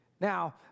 Now